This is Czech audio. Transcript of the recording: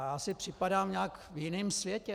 Já si připadám nějak v jiném světě.